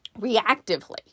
reactively